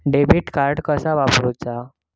Debit card कसा वापरुचा?